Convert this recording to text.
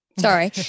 sorry